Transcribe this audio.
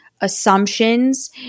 assumptions